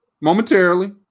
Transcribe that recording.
Momentarily